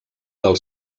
del